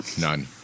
None